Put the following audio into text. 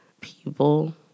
people